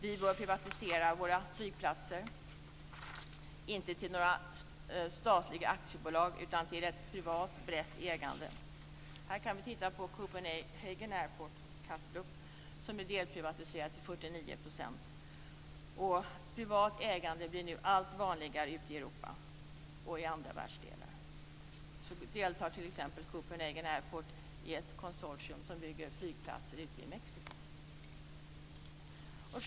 Vi bör privatisera våra flygplatser - det ska inte vara några statliga aktiebolag, utan det ska vara ett privat brett ägande. Vi kan titta på Copenhagen Airport, Kastrup, som är delprivatiserat till 49 %. Privat ägande blir nu allt vanligare ute i Europa och i andra världsdelar. Copenhagen Airport deltar t.ex. i ett konsortium som bygger flygplatser i Mexico.